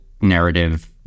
narrative